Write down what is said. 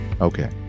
Okay